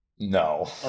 no